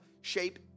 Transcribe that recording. shape